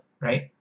right